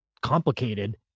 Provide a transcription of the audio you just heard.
complicated